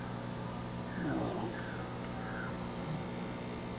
ओऽ ह्म्म